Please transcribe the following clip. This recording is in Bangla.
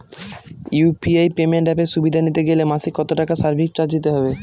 ইউ.পি.আই পেমেন্ট অ্যাপের সুবিধা নিতে গেলে মাসে কত টাকা সার্ভিস চার্জ দিতে হবে?